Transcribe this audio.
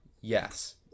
Yes